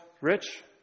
rich